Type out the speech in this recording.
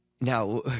Now